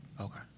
Okay